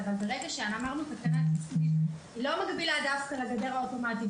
אבל ברגע שתקנה --- היא לא מגבילה דווקא על הגדר האוטומטית,